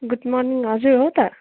good morning हजुर हो त